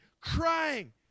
crying